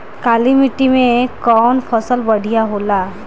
काली माटी मै कवन फसल बढ़िया होला?